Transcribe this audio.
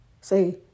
Say